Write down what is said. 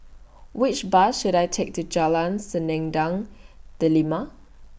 Which Bus should I Take to Jalan Selendang Delima